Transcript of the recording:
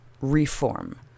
reform